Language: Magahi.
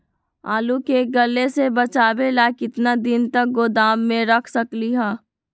आलू के गले से बचाबे ला कितना दिन तक गोदाम में रख सकली ह?